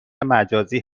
مجازی